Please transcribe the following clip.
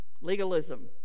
legalism